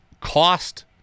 cost